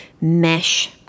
mesh